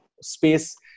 space